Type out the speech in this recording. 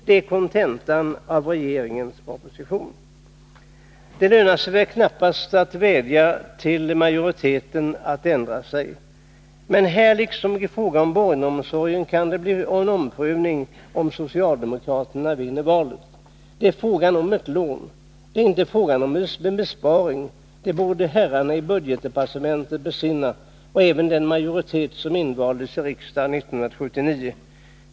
Detta är kontentan av regeringens proposition. Det lönar sig väl knappast att vädja till majoriteten att ändra sig. Men här liksom i fråga om barnomsorgen kan det bli en omprövning, om socialdemokraterna vinner valet. Det är fråga om ett lån. Det är inte fråga om en besparing. Det borde herrarna i budgetdepartementet besinna — och även den majoritet som invaldes i riksdagen 1979.